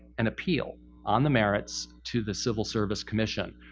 an appeal on the merits to the civil service commission.